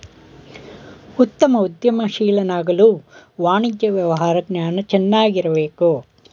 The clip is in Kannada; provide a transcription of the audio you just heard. ಉತ್ತಮ ಉದ್ಯಮಶೀಲನಾಗಲು ವಾಣಿಜ್ಯ ವ್ಯವಹಾರ ಜ್ಞಾನ ಚೆನ್ನಾಗಿರಬೇಕು